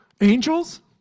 Angels